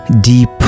deep